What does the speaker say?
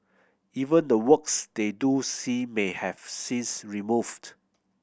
even the works they do see may have scenes removed